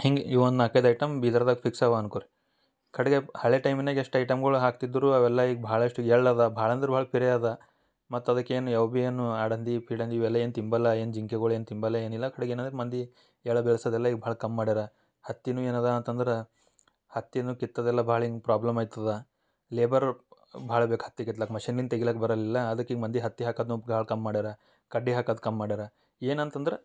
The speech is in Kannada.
ಹಿಂಗೆ ಈ ಒಂದು ನಾಲ್ಕೈದು ಐಟಮ್ ಬೀದರ್ದಾಗೆ ಫಿಕ್ಸ್ ಇವೆ ಅನ್ಕೊಳಿ ಕಡೆಗೆ ಹಳೆಯ ಟೈಮಿನಾಗೆ ಎಷ್ಟು ಐಟಮ್ಗಳು ಹಾಕ್ತಿದ್ದರೂ ಅವೆಲ್ಲ ಈಗ ಭಾಳಷ್ಟು ಎಳ್ಳು ಇದೆ ಭಾಳ ಅಂದ್ರೆ ಭಾಳ ಪಿರಿ ಇದೆ ಮತ್ತು ಅದಕ್ಕೆ ಏನು ಯಾವ ಬಿ ಏನೂ ಆಡು ಹಂದಿ ಪೀಡು ಹಂದಿ ಇವೆಲ್ಲ ಏನೂ ತಿನ್ನಲ್ಲ ಏನು ಜಿಂಕೆಗಳು ಏನೂ ತಿನ್ನಲ್ಲ ಏನಿಲ್ಲ ಕಡೆಗ್ ಏನಾಗತ್ತೆ ಮಂದಿ ಎಳ್ಳು ಬೆಳೆಸೋದೆಲ್ಲ ಈಗ ಭಾಳ ಕಮ್ಮಿ ಮಾಡ್ಯಾರೆ ಹತ್ತಿಯೂ ಏನಿದೆ ಅಂತಂದ್ರೆ ಹತ್ತಿನೂ ಕಿತ್ತೋದೆಲ್ಲ ಭಾಳ ಹಿಂಗೆ ಪ್ರಾಬ್ಲಮ್ ಆಗ್ತದ ಲೇಬರು ಭಾಳ ಬೇಕಾಗ್ತ್ ಈಗ ಇತ್ಲಾಗೆ ಮಷಿನಿಂದ ತೆಗಿಲಿಕ್ ಬರದಿಲ್ಲ ಅದಕ್ಕೆ ಈಗ ಮಂದಿ ಹತ್ತಿ ಹಾಕೋದನ್ನೂ ಭಾಳ ಕಮ್ಮಿ ಮಾಡ್ಯಾರೆ ಕಡ್ಡಿ ಹಾಕೋದ್ ಕಮ್ಮಿ ಮಾಡ್ಯಾರೆ ಏನಂತಂದ್ರೆ